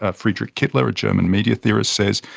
ah friedrich kettler, a german media theorist, says,